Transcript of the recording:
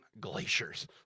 glaciers